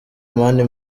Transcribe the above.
mani